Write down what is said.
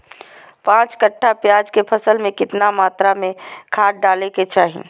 पांच कट्ठा प्याज के फसल में कितना मात्रा में खाद डाले के चाही?